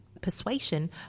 persuasion